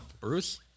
Bruce